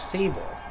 Sable